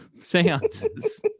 seances